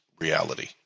reality